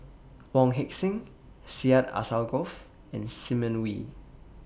Wong Heck Sing Syed Alsagoff and Simon Wee